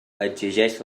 exigeix